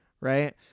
right